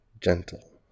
Gentle